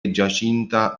giacinta